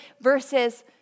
Versus